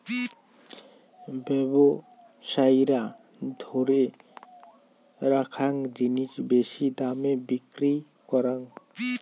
ব্যবসায়ীরা ধরে রাখ্যাং জিনিস বেশি দামে বিক্রি করং